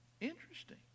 Interesting